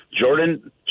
Jordan